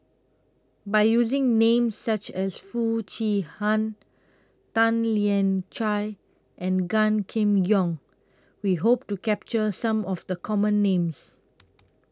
By using Names such as Foo Chee Han Tan Lian Chye and Gan Kim Yong We Hope to capture Some of The Common Names